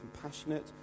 compassionate